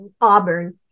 Auburn